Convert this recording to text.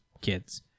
kids